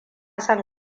son